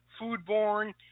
foodborne